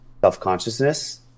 self-consciousness